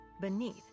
Beneath